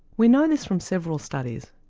we know this from several studies,